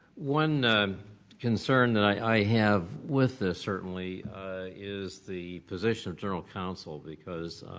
one concern that i have with this certainly is the position of general council because